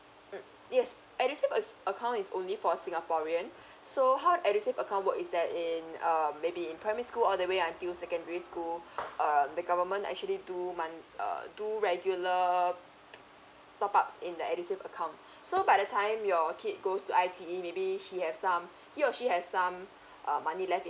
mm yes edusave is account is only for singaporean so how edusave account work is that in um maybe in primary school all the way until secondary school err the government actually do month uh do regular top ups in the edusave account so by the time your kid goes to I_T_E maybe she has some he or she has some uh money left